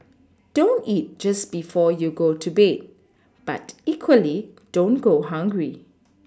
don't eat just before you go to bed but equally don't go hungry